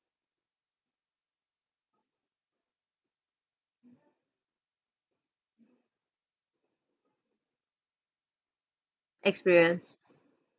experience